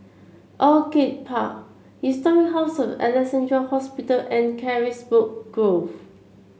Orchid Park Historic House of Alexandra Hospital and Carisbrooke Grove